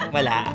Wala